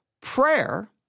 Prayer